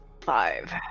five